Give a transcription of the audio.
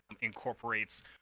incorporates